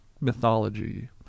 mythology